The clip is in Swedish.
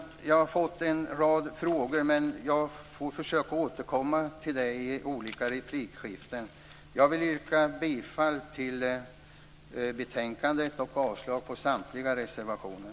Jag har fått en rad frågor, men jag får försöka återkomma till dem i olika replikskiften. Jag vill yrka bifall till utskottets hemställan och avslag på samtliga reservationer.